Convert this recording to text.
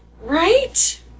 Right